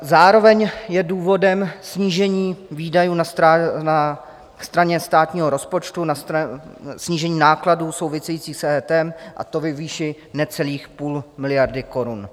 Zároveň je důvodem snížení výdajů na straně státního rozpočtu, snížení nákladů souvisejících s EET, a to ve výši necelých půl miliardy korun.